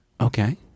Okay